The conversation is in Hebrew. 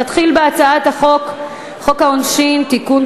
נתחיל בהצעת חוק העונשין (תיקון,